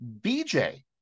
bj